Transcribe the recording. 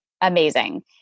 amazing